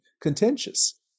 contentious